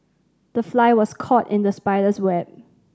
the fly was caught in the spider's web